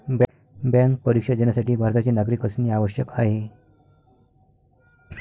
bank परीक्षा देण्यासाठी भारताचे नागरिक असणे आवश्यक आहे